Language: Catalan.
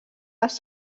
les